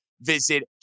visit